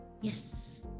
Yes